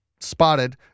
spotted